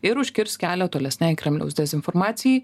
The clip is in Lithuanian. ir užkirs kelią tolesnei kremliaus dezinformacijai